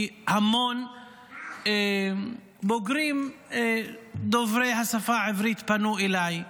כי המון בוגרים דוברי השפה הערבית פנו אליי.